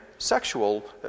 Sexual